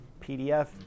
PDF